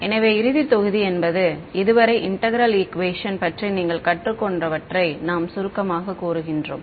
எனவே இறுதி தொகுதி என்பது இதுவரை இன்டெக்ரேல் ஈக்குவேஷன் பற்றி நீங்கள் கற்றுக் கொண்டவற்றை நாம் சுருக்கமாகக் கூறுகின்றோம்